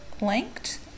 linked